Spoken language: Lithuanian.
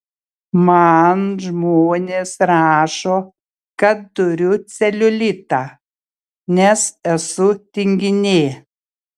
man žmonės rašo kad turiu celiulitą nes esu tinginė